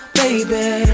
baby